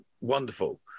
wonderful